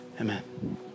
amen